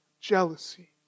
jealousy